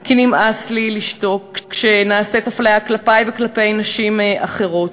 כי נמאס לי לשתוק כשנעשית אפליה כלפי וכלפי נשים אחרות.